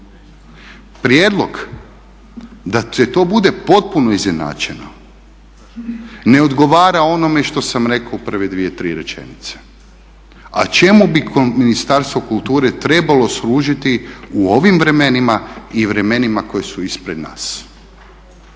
Prijedlog da to bude potpuno izjednačeno ne odgovara onome što sam rekao u prve dvije-tri rečenice, a čemu bi Ministarstvo kulture trebalo služiti u ovim vremenima i vremenima koja su ispred nas.